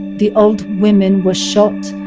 the old women were shot,